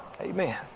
Amen